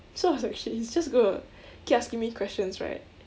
so I was like shit he's just going to keep asking me questions right